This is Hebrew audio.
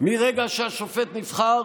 מרגע שהשופט נבחר,